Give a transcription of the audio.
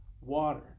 water